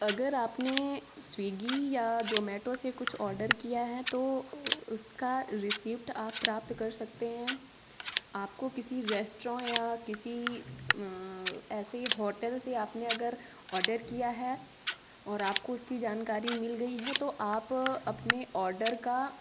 अगर आपने स्विगी या जोमैटो से कुछ ऑडर किया है तो उसका रिसीप्ट आप प्राप्त कर सकते हैं आपको किसी रेस्टरों या किसी ऐसे होटल से आपने अगर ऑडर किया है और आपको उसकी जानकारी मिल गई है तो आप अपने ऑडर का